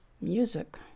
music